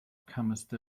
comest